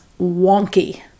wonky